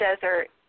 desert